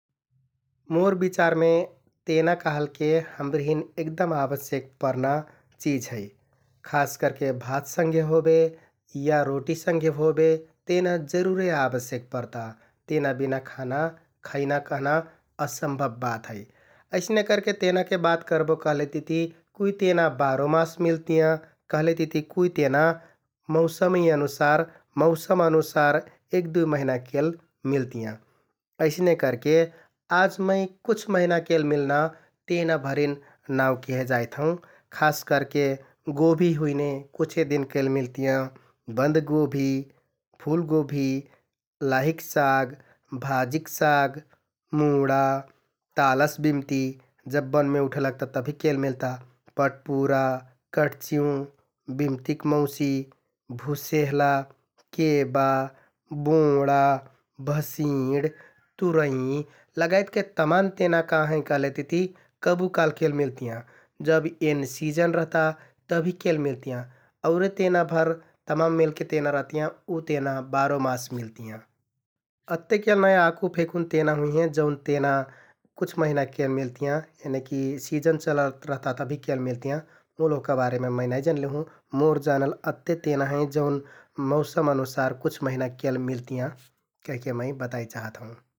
मोर बिचारमे तेना कहलके हम्रेहिन एगदम आवश्यक परना चिझ है । खास करके भात संघे होबे या रोटि संघे होबे तेना जरुरे आवश्यक परता । तेना बिना खाना खैना कहना असम्भब बात है । अइसने करके तेनाके बात करबो कहलेतिति कुइ तेना बारोबास मिलतियाँ । कहलेतिति कुइ तेना मौसमि अनुसार-मौसम अनुसार एक, दुइ महिना केल मिलतियाँ । अइसने करके आज मै कुछ महिनाकेल मिलना तेना भरिन नाउँ केहे जाइत हौं । खास करके गोभि हुइने कुछे दिनकेल मिल्तियाँ । बन्दगोभि, फुलगोभि, लाहिक साग, भाजिक साग, मुडा, तालस बिम्ति जब बनमे उठे लगता तभिकेल मिलता । पटपुरा, कटचिउँ, बिम्तिक मौसी, भुसेहला, केबा, बोंडा, भँसिंड तुरैंइ लगायतके तमाम तेना का हैं कहलेतिति कबुकाल्ह केल मिलतियाँ । जब एन सिजन रहता तभिकेल मिलतियाँ, औरे तेनाभर तमाम मेलके तेना रहतियाँ, उ तेना बारोमास मिलतियाँ । अत्तेकेल नाइ आकु मेकुन तेना हुइहें जौन तेना कुछ महिना केल मिलतियाँ यानिकि सिजन चलत रहता तभिकेल मिलतियाँ मुल ओहका बारेमे मै नाइ जनले हुँ । मोर जानल अत्ते तेना हैं जौन मौसम अनुसार कुछ महिना केल मिलतियाँ कहिके मै बताइ चाहात हौं ।